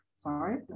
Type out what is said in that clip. sorry